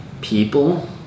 people